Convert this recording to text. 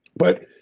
but,